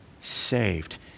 saved